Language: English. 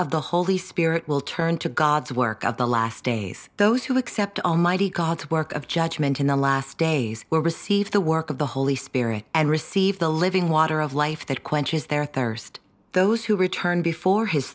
of the holy spirit will turn to god's work of the last days those who accept almighty god's work of judgment in the last days will receive the work of the holy spirit and receive the living water of life that quenches their thirst those who return before his